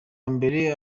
mbere